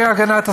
והגנת הסביבה,